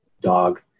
dog